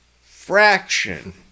fraction